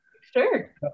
Sure